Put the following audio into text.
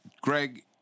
Greg